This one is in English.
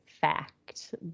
fact